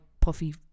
puffy